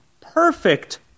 perfect